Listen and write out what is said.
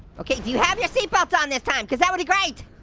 okay, do you have your seatbelt on this time? cause that would be great.